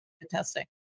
fantastic